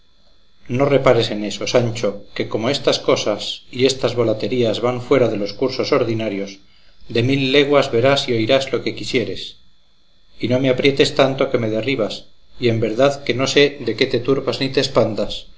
no repares en eso sancho que como estas cosas y estas volaterías van fuera de los cursos ordinarios de mil leguas verás y oirás lo que quisieres y no me aprietes tanto que me derribas y en verdad que no sé de qué te turbas ni te espantas